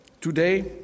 today